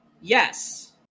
Yes